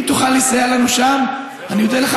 אם תוכל לסייע לנו שם אני אודה לך,